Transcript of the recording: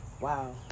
Wow